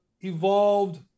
evolved